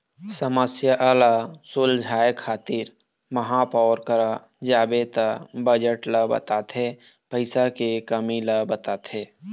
समस्या ल सुलझाए खातिर महापौर करा जाबे त बजट ल बताथे पइसा के कमी ल बताथे